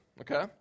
okay